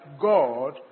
God